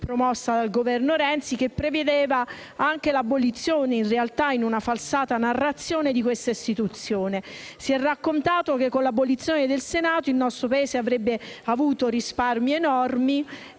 promossa dal Governo Renzi, che prevedeva anche l'abolizione - in realtà una falsata narrazione - di questa Istituzione. Si è raccontato che con l'abolizione del Senato il nostro Paese avrebbe avuto risparmi enormi